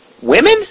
Women